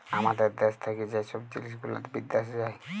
আমাদের দ্যাশ থ্যাকে যে ছব জিলিস গুলা বিদ্যাশে যায়